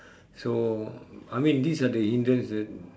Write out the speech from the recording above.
so I mean this are incidence that